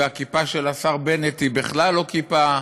והכיפה של השר בנט היא בכלל לא כיפה,